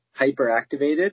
hyperactivated